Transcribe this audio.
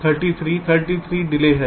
33 33 देरी है